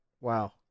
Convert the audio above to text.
Wow